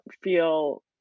feel